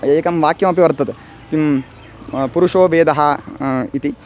एकं वाक्यमपि वर्तते किं पुरुषो वेदः इति